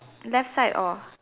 left side or